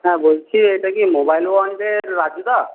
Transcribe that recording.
হ্যাঁ বলছি এটা কি মোবাইল ওয়ার্ল্ডের রাজুদা